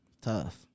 Tough